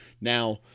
Now